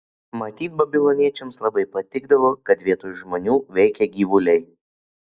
matyt babiloniečiams labai patikdavo kad vietoj žmonių veikia gyvuliai